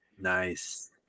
Nice